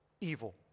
evil